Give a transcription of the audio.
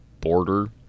border